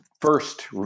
first